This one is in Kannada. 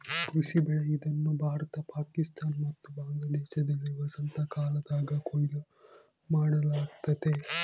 ಕೃಷಿ ಬೆಳೆ ಇದನ್ನು ಭಾರತ ಪಾಕಿಸ್ತಾನ ಮತ್ತು ಬಾಂಗ್ಲಾದೇಶದಲ್ಲಿ ವಸಂತಕಾಲದಾಗ ಕೊಯ್ಲು ಮಾಡಲಾಗ್ತತೆ